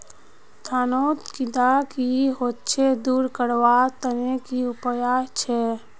धानोत कीड़ा की होचे दूर करवार तने की उपाय छे?